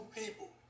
people